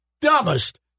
dumbest